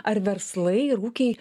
ar verslai ir ūkiai